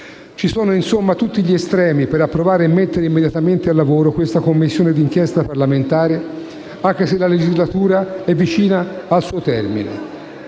Ci sono, insomma, tutti gli estremi per approvare e mettere immediatamente al lavoro questa Commissione d'inchiesta parlamentare, anche se la legislatura è vicina al suo termine.